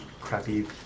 crappy